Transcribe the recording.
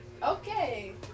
Okay